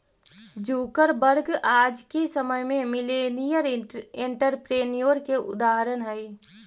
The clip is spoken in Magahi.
जुकरबर्ग आज के समय में मिलेनियर एंटरप्रेन्योर के उदाहरण हई